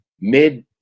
mid